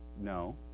No